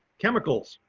chemicals.